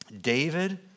David